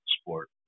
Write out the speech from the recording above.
sport